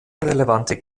relevanten